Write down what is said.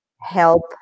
help